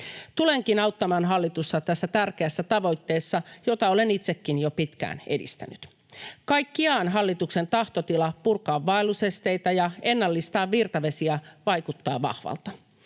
Tulenkin auttamaan hallitusta tässä tärkeässä tavoitteessa, jota olen itsekin jo pitkään edistänyt. Kaikkiaan hallituksen tahtotila purkaa vaellusesteitä ja ennallistaa virtavesiä vaikuttaa vahvalta.